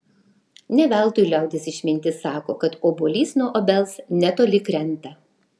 ne veltui liaudies išmintis sako kad obuolys nuo obels netoli krenta